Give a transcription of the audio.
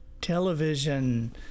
television